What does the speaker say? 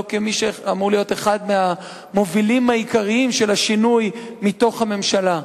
כמי שאמור להיות אחד המובילים העיקריים של השינוי מתוך הממשלה.